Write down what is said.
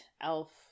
elf